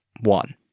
one